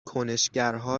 کنشگرها